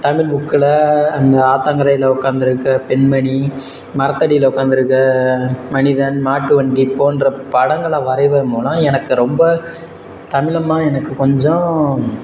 தமிழ் புக்கில் அந்த ஆத்தங்கரையில் உக்காந்துருக்க பெண்மணி மரத்தடியில் உக்காந்துருக்க மனிதன் மாட்டு வண்டி போன்ற படங்களை வரைவதன் மூலம் எனக்கு ரொம்ப தமிழ் அம்மா எனக்கு கொஞ்சம்